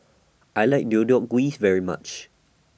I like Deodeok Gui very much